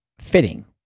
fitting